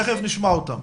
ב-2010,